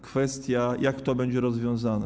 Kwestia, jak to będzie rozwiązane.